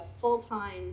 full-time